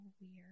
weird